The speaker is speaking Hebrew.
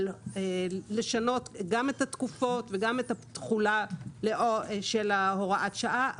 מחשבה לשנות גם את התקופות וגם את התחולה של הוראת השעה,